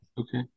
Okay